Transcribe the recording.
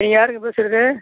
நீங்கள் யாருங்க பேசுகிறது